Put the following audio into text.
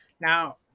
now